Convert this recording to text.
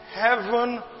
heaven